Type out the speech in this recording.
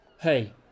Hey